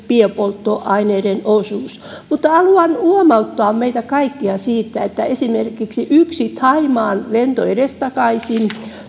biopolttoaineiden osuus mutta haluan huomauttaa meitä kaikkia siitä että esimerkiksi yksi thaimaan lento edestakaisin